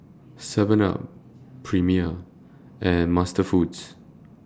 Seven up Premier and MasterFoods